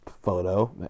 Photo